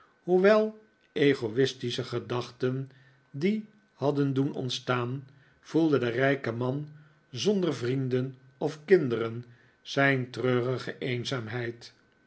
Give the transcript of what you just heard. hoewel egoi'stische gedachten dien hadden doen ontstaan voelde de rijke man zonder vrienden of kinderen zijn treurige eenzaamheid